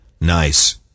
Nice